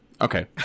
Okay